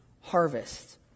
harvest